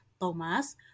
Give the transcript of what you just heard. Thomas